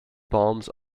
bombs